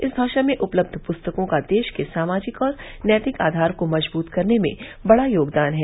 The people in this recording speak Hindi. इस भाषा में उपलब्ध पुस्तकों का देश के सामाजिक और नैतिक आधार को मजबूत करने में बड़ा योगदान है